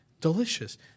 delicious